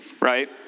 right